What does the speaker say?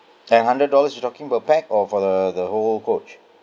and hundred dollars you talking per pax or for the the whole coach